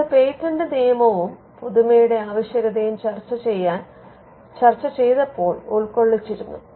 ഇത് പേറ്റന്റ് നിയമയവും പുതുമയുടെ ആവശ്യകതയും ചർച്ച ചെയ്തപ്പോൾ ഉൾക്കൊള്ളിച്ചിരുന്നു